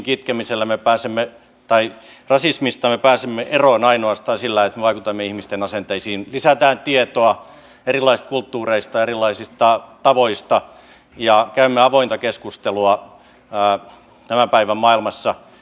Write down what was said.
rasismista me pääsemme eroon ainoastaan sillä että me vaikutamme ihmisten asenteisiin lisäämme tietoa erilaisista kulttuureista erilaisista tavoista ja käymme avointa keskustelua tämän päivän maailmassa